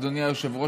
אדוני היושב-ראש,